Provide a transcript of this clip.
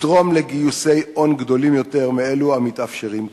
ויתרמו לגיוסי הון גדולים יותר מאלו המתאפשרים כעת.